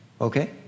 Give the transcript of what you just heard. okay